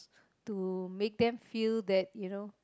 to make them feel that you know